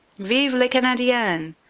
vive les canadiens,